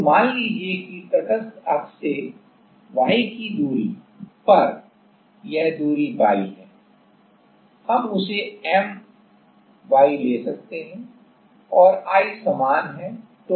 तो मान लीजिए कि तटस्थ अक्ष से y की दूरी पर यह दूरी y है हम उसे M y ले सकते हैं और I समान है